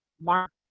mark